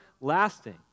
lasting